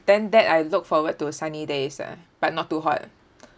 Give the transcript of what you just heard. then that I look forward to a sunny days ah but not too hot